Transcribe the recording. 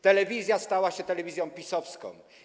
Telewizja stała się telewizją PiS-owską.